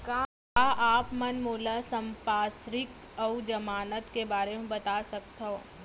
का आप मन मोला संपार्श्र्विक अऊ जमानत के बारे म बता सकथव?